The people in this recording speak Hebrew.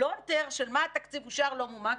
מהפלונטר של מה התקציב שאושר ולא מומש,